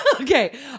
Okay